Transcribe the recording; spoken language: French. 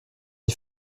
des